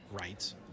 rights